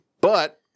But-